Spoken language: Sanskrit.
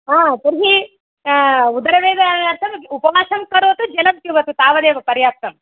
तर्हि उदरवेदनार्थं उपवासं करोतु जलं पिबतु तावदेव पर्याप्तम्